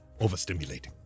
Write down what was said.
overstimulating